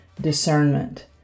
discernment